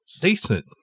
decent